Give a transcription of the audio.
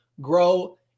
grow